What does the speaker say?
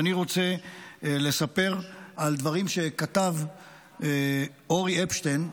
ואני רוצה לספר על דברים שכתב אורי אפשטיין,